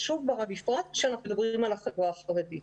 בפרט שאנחנו מדברים על החברה החרדית.